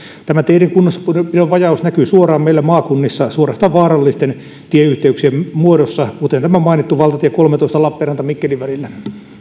tämä teiden kunnossapidon vajaus näkyy suoraan meillä maakunnissa suorastaan vaarallisten tieyhteyksien muodossa kuten tämän mainitun valtatien kolmetoista lappeenranta mikkeli välillä